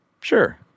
Sure